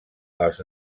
els